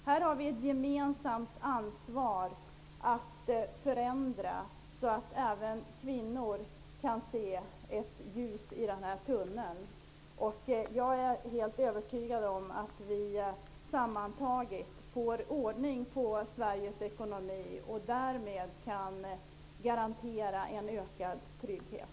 Vi har ett gemensamt ansvar att förändra så att även kvinnor kan se ett ljus i den här tunneln. Jag är helt övertygad om att vi sammantaget kommer att få ordning på Sveriges ekonomi. Därmed kan vi garantera en ökad trygghet.